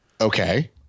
Okay